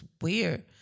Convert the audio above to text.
weird